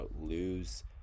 lose –